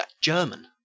German